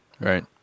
right